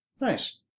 Nice